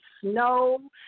snow